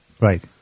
Right